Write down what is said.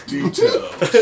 Details